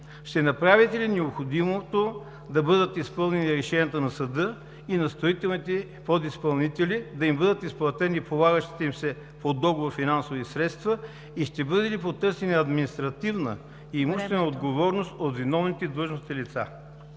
ще направите ли необходимото да бъдат изпълнени решенията на съда и на строителните подизпълнители да бъдат изплатени полагащите им се по договор финансови средства и ще бъде ли потърсена административна и имуществена отговорност от виновните длъжностни лица?